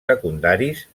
secundaris